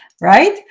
right